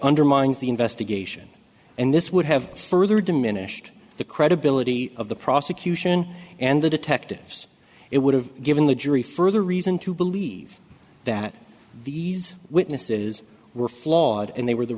undermines the investigation and this would have further diminished the credibility of the prosecution and the detectives it would have given the jury further reason to believe that these witnesses were flawed and they were the